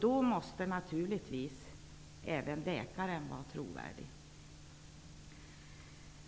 Då måste naturligtvis även läkaren vara trovärdig.